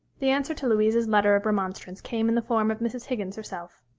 the answer to louise's letter of remonstrance came in the form of mrs. higgins herself.